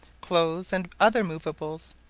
clothes, and other moveables,